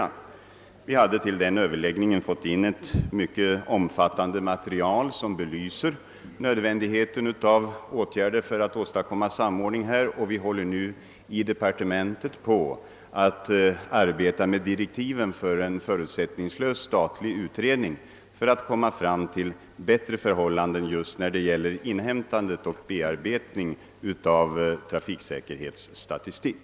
Till denna överläggning hade vi fått in ett mycket omfattande material, som belyser nödvändigheten av att vidta åtgärder för att åstadkomma samordning härvidlag, och departementet håller nu på att utarbeta direktiv för en förutsättningslös statlig utredning i syfte att få till stånd bättre förhållanden just när det gäller inhämtandet och bearbetningen av trafiksäkerhetsstatistik.